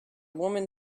woman